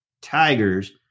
Tigers